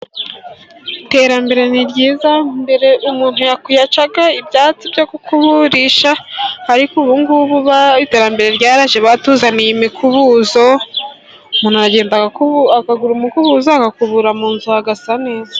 Iterambere ni ryiza mbere umuntu yacaga ibyatsi byogukuburisha, ariko ubu ngubu iterambere ryaraje batuzaniye imikubuzo, umuntu aragenda akagura umukubuzo, agakubura mu nzu hagasa neza.